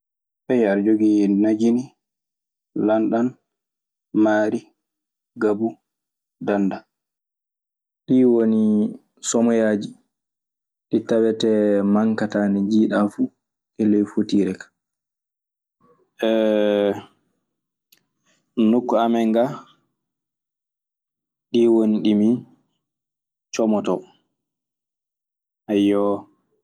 ada djogi najini, landam, mari, gabu, danda. Ɗii woni somoyaaji ɗi tawetee mankataa ne njiiɗaa fu e ley fotiire kaa. nokku amin ga, ɗin woni ɗi min comoto, eyyo.